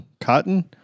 Cotton